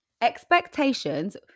Expectations